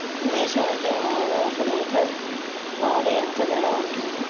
దేశవాలి ఆవులు ఒక్క లీటర్ పాలు ఎంత ధర ఉంటుంది?